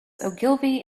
ogilvy